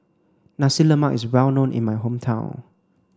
Nasi lemak is well known in my hometown